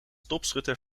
topschutter